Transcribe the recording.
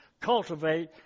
cultivate